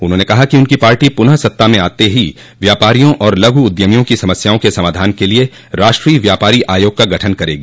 उन्होंने कहा कि उनकी पार्टी पुनः सत्ता में आते ही व्यापारियों और लघु उद्यमियों की समस्याओं के समाधान क लिए राष्ट्रीय व्यापारी आयोग का गठन करेगी